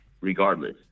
regardless